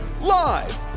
Live